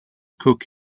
cook